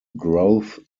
growth